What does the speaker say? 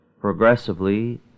progressively